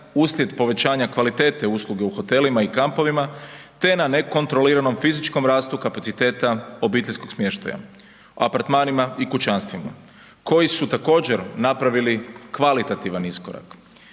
uslijed povećanja kvalitete usluge u hotelima i kampovima, te na nekontroliranom fizičkom rastu kapaciteta obiteljskog smještaja, apartmanima i kućanstvima koji su također napravili kvalitativan iskorak.